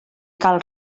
cal